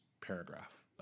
paragraph